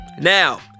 Now